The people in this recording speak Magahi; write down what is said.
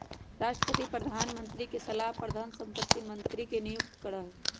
राष्ट्रपति प्रधानमंत्री के सलाह पर धन संपत्ति मंत्री के नियुक्त करा हई